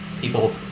People